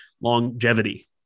longevity